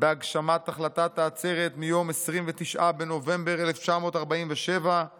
בהגשמת החלטת העצרת מיום 29 בנובמבר 1947 ותפעל